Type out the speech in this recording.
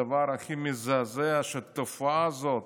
הדבר הכי מזעזע הוא שהתופעה הזאת,